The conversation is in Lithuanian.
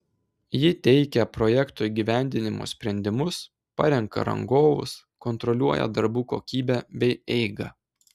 ji teikia projekto įgyvendinimo sprendimus parenka rangovus kontroliuoja darbų kokybę bei eigą